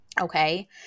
Okay